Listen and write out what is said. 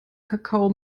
kakao